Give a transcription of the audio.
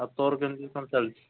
ଆଉ ତୋର କେମିତି କ'ଣ ଚାଲିଛି